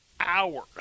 Hours